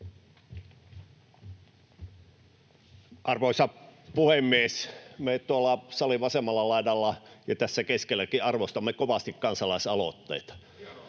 Arvoisa puhemies! Me tuolla salin vasemmalla laidalla ja tässä keskelläkin arvostamme kovasti kansalaisaloitteita.